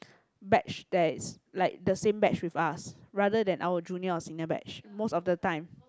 batch that is like the same batch with us rather than our junior or senior batch most of the time